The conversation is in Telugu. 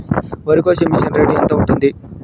వరికోసే మిషన్ రేటు ఎంత ఉంటుంది?